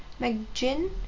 McGinn